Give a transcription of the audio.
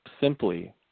simply